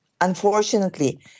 Unfortunately